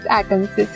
atoms